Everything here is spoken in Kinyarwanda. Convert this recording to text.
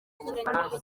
bufaransa